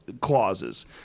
clauses